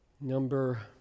Number